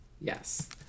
Yes